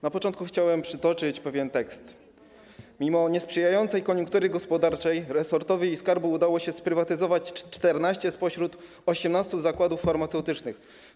Na początku chciałem przytoczyć pewien tekst: Mimo niesprzyjającej koniunktury gospodarczej, resortowej i skarbu udało się sprywatyzować 14 spośród 18 zakładów farmaceutycznych.